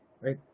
right